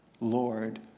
Lord